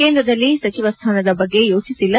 ಕೇಂದ್ರದಲ್ಲಿ ಸಚಿವ ಸ್ಥಾನದ ಬಗ್ಗೆ ಯೋಚಿಸಿಲ್ಲ